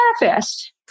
manifest